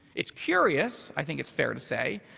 it's curious, i think it's fair to say.